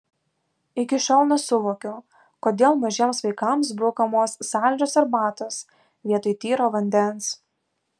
iki šiol nesuvokiu kodėl mažiems vaikams brukamos saldžios arbatos vietoj tyro vandens